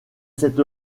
cette